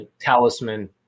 Talisman